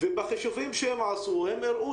בחישובים שהם עשו הם הראו